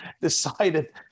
decided